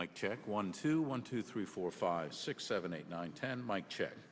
mike check one two one two three four five six seven eight nine ten mike che